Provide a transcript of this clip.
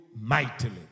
mightily